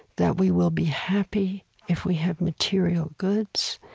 that we will be happy if we have material goods,